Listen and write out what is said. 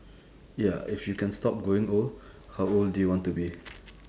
ya if you can stop growing old how old do you want to be